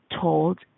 told